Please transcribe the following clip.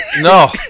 No